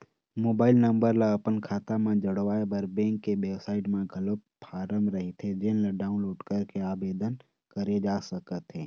mobile number ल अपन खाता म जोड़वाए बर बेंक के बेबसाइट म घलोक फारम रहिथे जेन ल डाउनलोड करके आबेदन करे जा सकत हे